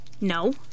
No